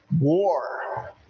war